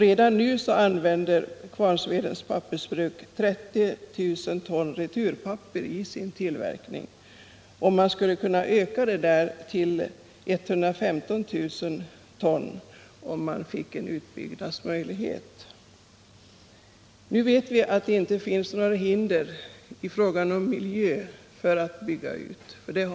Redan nu använder Kvarnsvedens Pappersbruk 30 000 ton returpapper i sin tillverkning, och man skulle kunna öka användningen till 115 000 ton om man fick möjlighet att bygga ut. Det är nu redan klarlagt att det inte finns något miljöhinder när det gäller att bygga ut.